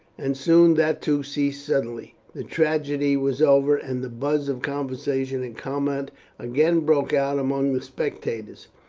and soon that too ceased suddenly. the tragedy was over, and the buzz of conversation and comment again broke out among the spectators.